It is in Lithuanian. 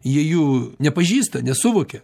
jie jų nepažįsta nesuvokia